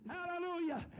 Hallelujah